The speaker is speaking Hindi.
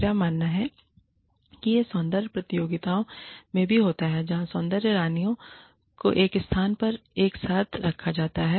मेरा मानना है कि यह सौंदर्य प्रतियोगिताओं में भी होता है जहां सौंदर्य रानियों को एक स्थान पर एक साथ रखा जाता है